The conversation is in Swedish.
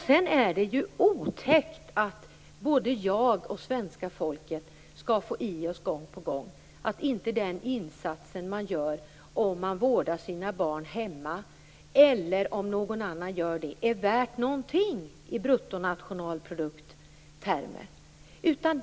Sedan är det ju otäckt att både jag och svenska folket gång på gång skall få i oss att den insats man gör om man vårdar sina barn hemma eller om någon annan gör det inte är värt någonting i bruttonationalprodukttermer.